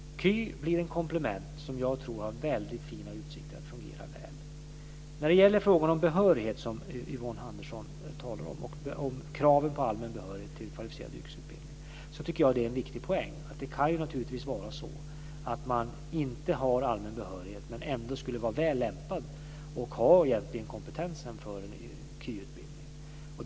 KY blir ett komplement som jag tror har väldigt fina utsikter att fungera väl. Jag tycker att Yvonne Andersson har en viktig poäng när det gäller frågan om kraven på allmän behörighet till kvalificerad yrkesutbildning. Det kan naturligtvis vara så att man inte har allmän behörighet men ändå skulle vara väl lämpad och egentligen har kompetensen för en KY-utbildning.